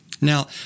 Now